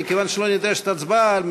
מכיוון שלא נדרשת הצבעה,